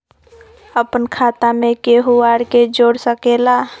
अपन खाता मे केहु आर के जोड़ सके ला?